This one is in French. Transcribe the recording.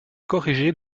corrigée